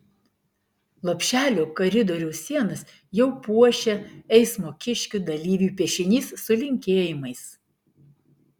lopšelio koridoriaus sienas jau puošia eismo kiškių dalyvių piešinys su linkėjimais